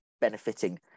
benefiting